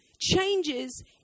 changes